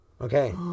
Okay